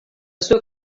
zuek